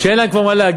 כשאין להם כבר מה להגיד,